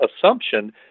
assumption